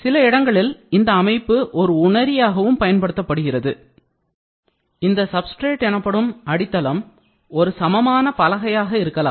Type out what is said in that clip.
சில இடங்களில் இந்த அமைப்பு ஒரு உணரியாகவும் பயன்படுத்தப்படுகிறது இந்த சப்ஸ்டிரேட் எனப்படும் அடித்தளம் ஒரு சமமான பலகையாக இருக்கலாம்